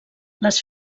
les